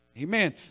Amen